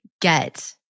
get